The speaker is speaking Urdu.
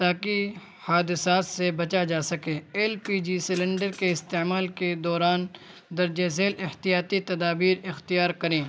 تاکہ حادثات سے بچا جا سکے ایل پی جی سلینڈر کے استعمال کے دوران درجہ ذیل احتیاطی تدابیر اختیار کریں